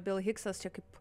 bill hiksas čia kaip